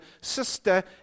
sister